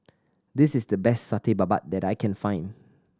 this is the best Satay Babat that I can find